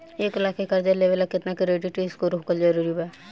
एक लाख के कर्जा लेवेला केतना क्रेडिट स्कोर होखल् जरूरी बा?